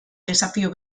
desafio